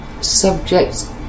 subjects